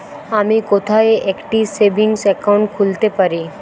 আমি কোথায় একটি সেভিংস অ্যাকাউন্ট খুলতে পারি?